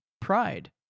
Pride